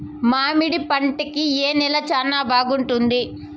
మామిడి పంట కి ఏ నేల చానా బాగుంటుంది